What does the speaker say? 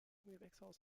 gewächshaus